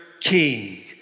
King